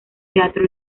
teatro